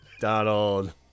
donald